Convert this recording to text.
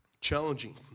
challenging